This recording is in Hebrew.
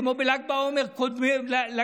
כמו בל"ג בעומר קודמים,